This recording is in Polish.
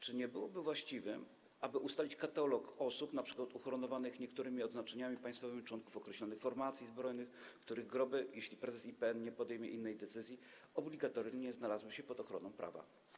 Czy nie byłoby właściwe, aby ustalić katalog osób, np. uhonorowanych niektórymi odznaczeniami państwowymi, członków określonych formacji zbrojnych, których groby, jeśli prezes IPN nie podejmie innej decyzji, obligatoryjnie znalazłyby się pod ochroną prawa?